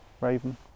Raven